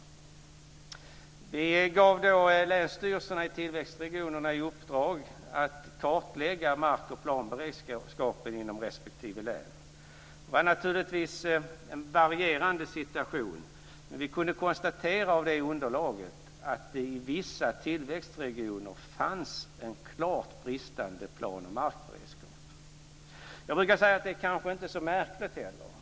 Vi gav då länsstyrelserna i tillväxtregionerna i uppdrag att kartlägga mark och planberedskapen inom respektive län. Det var naturligtvis en varierande situation, men vi kunde konstatera av det underlaget att det i vissa tillväxtregioner fanns en klart bristande plan och markberedskap. Jag brukar säga att detta kanske inte är så märkligt.